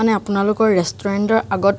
মানে আপোনালোকৰ ৰেষ্টুৰেণ্টৰ আগত